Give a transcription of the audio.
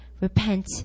repent